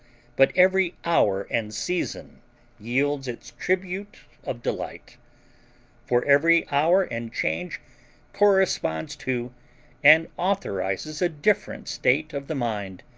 but every hour and season yields its tribute of delight for every hour and change corresponds to and authorizes a different state of the mind,